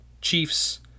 Chiefs